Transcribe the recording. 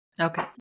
Okay